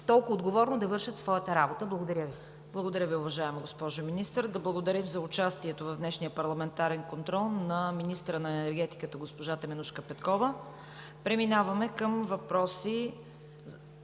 толкова отговорно да вършат своята работа. Благодаря Ви. ПРЕДСЕДАТЕЛ ЦВЕТА КАРАЯНЧЕВА: Благодаря Ви, уважаема госпожо Министър! Да благодарим за участието в днешния парламентарен контрол на министъра на енергетиката – госпожа Теменужка Петкова. Преминаваме към въпроси